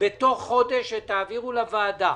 שבתוך חודש תעבירו לוועדה